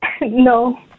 no